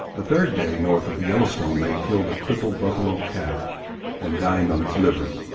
the third day, north of the yellowstone, they killed a crippled buffalo calf and dined on its liver.